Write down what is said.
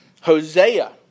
Hosea